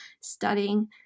studying